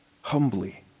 humbly